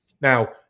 Now